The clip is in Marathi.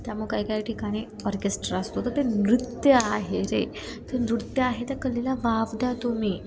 त्यामु काही काही ठिकाणी ऑर्केस्ट्रा असतो तर ते नृत्य आहे जे ते नृत्य आहे त्या कलेला वाव द्या तुम्ही